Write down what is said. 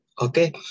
Okay